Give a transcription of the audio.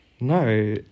No